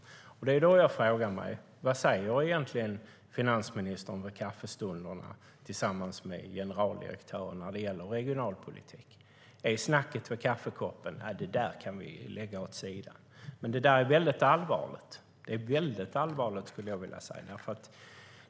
Då frågar jag mig: Vad säger egentligen finansministern vid kaffestunderna tillsammans med generaldirektören när det gäller regionalpolitik? Är snacket över kaffekoppen: Det där kan vi lägga åt sidan? Det är väldigt allvarligt, skulle jag vilja säga.